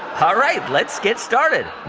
um ah right, let's get started.